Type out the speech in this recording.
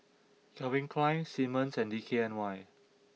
Calvin Klein Simmons and D K N Y